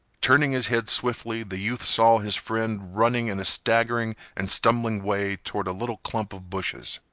turning his head swiftly, the youth saw his friend running in a staggering and stumbling way toward a little clump of bushes.